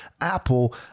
Apple